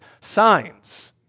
signs